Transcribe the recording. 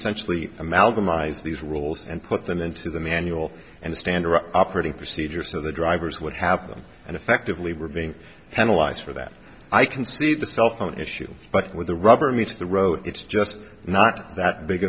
actually amalgam eyes these rules and put them into the manual and standard operating procedure so the drivers would have them and effectively were being analyzed for that i can see the cell phone issue but where the rubber meets the road it's just not that big